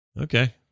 Okay